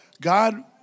God